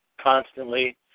constantly